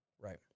Right